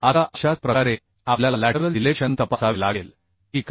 आता अशाच प्रकारे आपल्याला लॅटरल डिलेक्शन तपासावे लागेल ठीक आहे